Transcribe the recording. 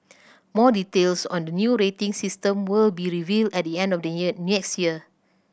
more details on the new rating system will be revealed at the end of the year next year